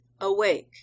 Awake